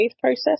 process